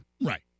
right